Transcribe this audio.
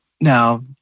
Now